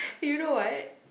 you know what